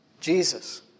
Jesus